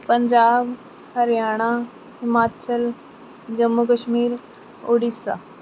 Punjab Haryana Himachal Jammu Kashmir Orissa